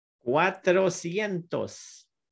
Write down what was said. cuatrocientos